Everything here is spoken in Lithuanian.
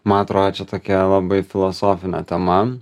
man atrodė čia tokia labai filosofinė tema